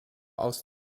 aus